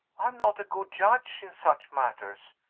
i am not a good judge in such matters.